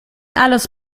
alles